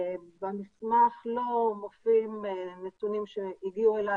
במסמך לא מופיעים נתונים שהגיעו אלי